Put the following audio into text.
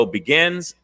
Begins